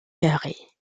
carrée